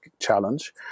challenge